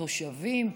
תושבים,